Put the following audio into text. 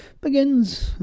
Begins